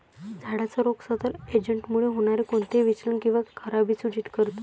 झाडाचा रोग सतत एजंटमुळे होणारे कोणतेही विचलन किंवा खराबी सूचित करतो